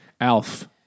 Alf